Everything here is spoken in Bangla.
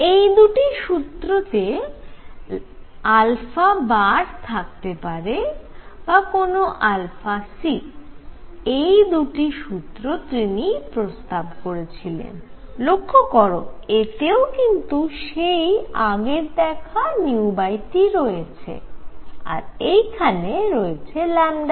এই দুটি সূত্র তে থাকতে পারে বা কোন c এই দুটি সূত্র তিনি প্রস্তাব করেছিলেন লক্ষ্য করো এতেও কিন্তু সেই আগের দেখা T রয়েছে আর এখানে রয়েছে T